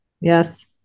Yes